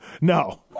No